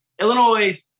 Illinois